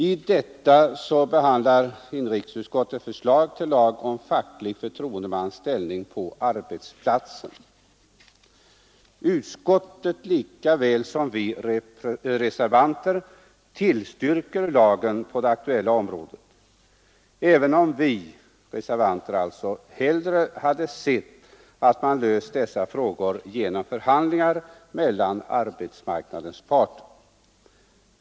I detta behandlar inrikesutskottet förslag till läg om facklig förtroendemans ställning på arbetsplatsen, Utskottet lika väl som vi reservanter tillstyrker lagen på det aktuella området även om vi reservanter hellre hade sett att dessa frågor lösts genom förhandlingar mellan arbetsmarknadens parter.